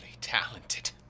talented